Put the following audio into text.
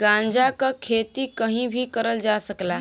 गांजा क खेती कहीं भी करल जा सकला